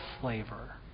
flavor